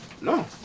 No